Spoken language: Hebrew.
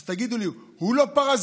אז תגידו לי, הוא לא פרזיט,